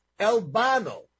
Albano